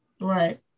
Right